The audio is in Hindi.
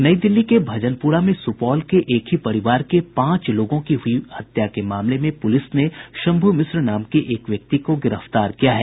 नई दिल्ली के भजनपुरा में सुपौल के एक ही परिवार के पांच लोगों की हुई हत्या के मामले में पूलिस ने शंभू मिश्र नाम के एक व्यक्ति को गिरफ्तार किया है